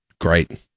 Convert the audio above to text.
great